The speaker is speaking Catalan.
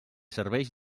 serveix